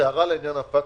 רק הערה לעניין הפטקא,